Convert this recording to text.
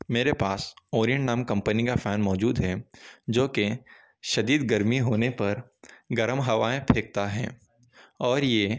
میرے پاس اورین نام کمپنی کا فین موجود ہے جو کہ شدید گرمی ہونے پر گرم ہوائیں پھیکتا ہے اور یہ